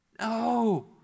No